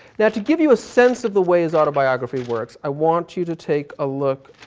now, to give you a sense of the way his autobiography works, i want you to take a look